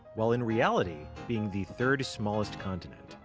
while in reality being the third smallest continent.